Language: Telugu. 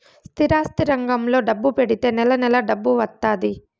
స్థిరాస్తి రంగంలో డబ్బు పెడితే నెల నెలా డబ్బు వత్తాది